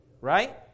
right